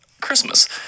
christmas